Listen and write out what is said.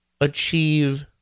achieve